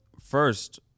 First